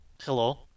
Hello